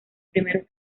primeros